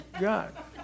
God